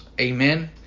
Amen